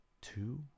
two